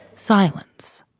silence.